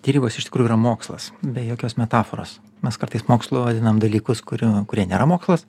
derybos iš tikrųjų yra mokslas be jokios metaforos mes kartais mokslu vadinam dalykus kurių kurie nėra mokslas